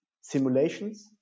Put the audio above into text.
simulations